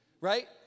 Right